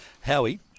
Howie